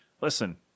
listen